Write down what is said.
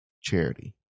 charity